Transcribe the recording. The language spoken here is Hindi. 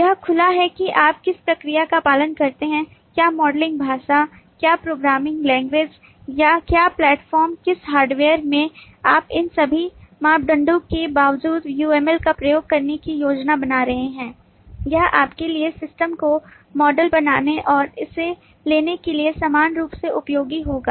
यह खुला है कि आप किस प्रक्रिया का पालन करते हैं क्या मॉडलिंग भाषा क्या प्रोग्रामिंग लैंग्वेज क्या प्लेटफॉर्म किस हार्डवेयर में आप इन सभी मापदंडों के बावजूद UML का उपयोग करने की योजना बना रहे हैं यह आपके लिए सिस्टम को मॉडल बनाने और इसे लेने के लिए समान रूप से उपयोगी होगा